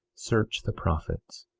search the prophets,